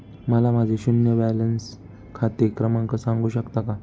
मला माझे शून्य बॅलन्स खाते क्रमांक सांगू शकता का?